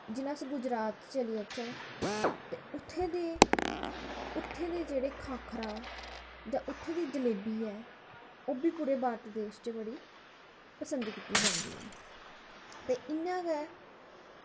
जेल्लै अस गुजरात च चली जाचै ते उत्थै दे उत्थै दे जेह्ड़े खाखरा जां उत्थै दी जलेबी ऐ ओह्बी पूरे भारत देश च बड़ी पसंद कीती जंदी ऐ ते इ'यां गै